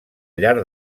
llar